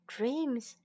Dreams